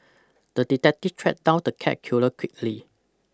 the detective tracked down the cat killer quickly